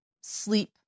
sleep